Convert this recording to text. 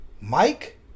Mike